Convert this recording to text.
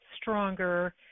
stronger